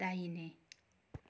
दाहिने